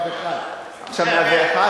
101. 101?